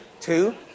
two